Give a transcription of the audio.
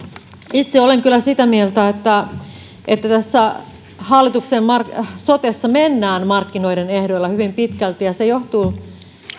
itse olen kyllä sitä mieltä että että tässä hallituksen sotessa mennään markkinoiden ehdoilla hyvin pitkälti ja se johtuu